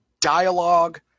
dialogue